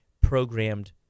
programmed